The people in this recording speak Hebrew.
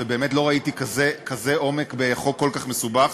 ולא ראיתי כזה עומק בחוק כל כך מסובך.